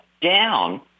down